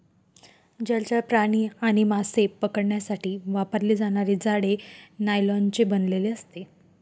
जलचर प्राणी आणि मासे पकडण्यासाठी वापरले जाणारे जाळे नायलॉनचे बनलेले असते